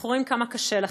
אנחנו רואים כמה קשה לכם.